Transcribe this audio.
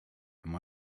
and